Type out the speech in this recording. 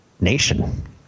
nation